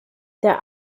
der